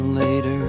later